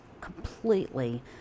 completely